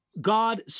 God